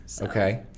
Okay